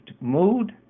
mood